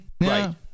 Right